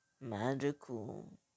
Magical